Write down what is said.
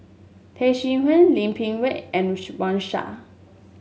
Tay Seow Huah Lim Peng Tze and Wang Sha